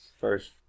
first